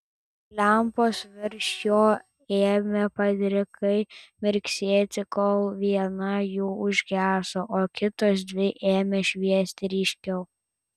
lempos virš jo ėmė padrikai mirksėti kol viena jų užgeso o kitos dvi ėmė šviesti ryškiau